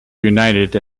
united